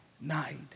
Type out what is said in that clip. night